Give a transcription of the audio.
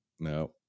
No